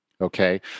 okay